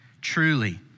Truly